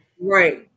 Right